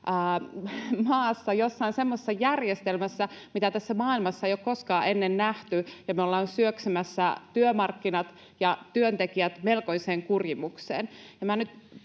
maassa, jossain semmoisessa järjestelmässä, mitä tässä maailmassa ei ole koskaan ennen nähty, ja me ollaan syöksemässä työmarkkinat ja työntekijät melkoiseen kurimukseen.